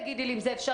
תגידי לי אם זה אפשרי.